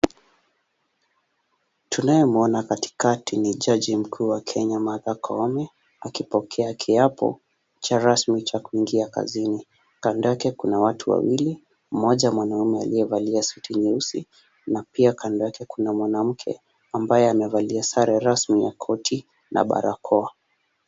Tunaemwona katikati ni jaji mkuu wa Kenya, Martha Koome, akipokea kiapo cha rasmi cha kuingia kazini. Kando yake kuna watu wawili, mmoja mwanaume aliyevalia suti nyeusi na pia kando yake kuna mwanamke ambaye amevalia sare rasmi ya korti na barakoa.